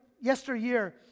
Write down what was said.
yesteryear